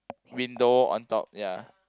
window on top ya